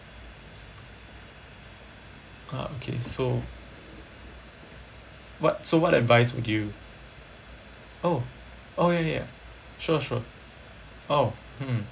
uh okay so what so what advice would you oh oh ya ya sure sure oh